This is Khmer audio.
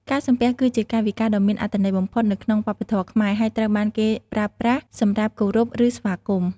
ការសំពះ គឺជាកាយវិការដ៏មានអត្ថន័យបំផុតនៅក្នុងវប្បធម៌ខ្មែរ ហើយត្រូវបានគេប្រើប្រាស់សម្រាប់គោរពឬស្វាគមន៍។